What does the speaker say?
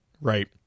right